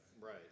Right